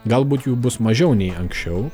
galbūt jų bus mažiau nei anksčiau